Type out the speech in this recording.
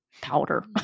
powder